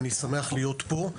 אני שמח להיות פה.